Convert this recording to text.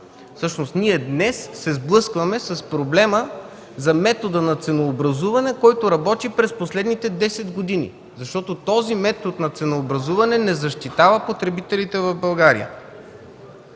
Всъщност ние днес се сблъскваме с проблема за метода на ценообразуване, който работи през последните десет години. Защото този метод на ценообразуване не защитава потребителите в България.